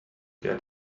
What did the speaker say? get